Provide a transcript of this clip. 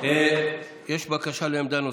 יש בקשה לעמדה נוספת,